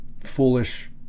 foolish